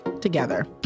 together